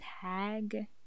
TAG